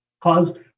cause